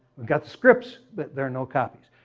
got scripts, but there are no copies.